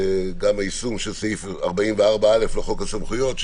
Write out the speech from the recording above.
ומחלימים ויישום סעיף 44א לחוק הסמכויות,